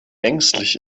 ängstlich